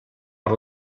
per